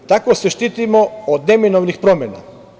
Tako se štitimo od neminovnih promena.